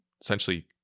essentially